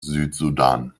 südsudan